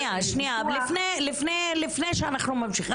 רגע, לפני שאנחנו ממשיכים.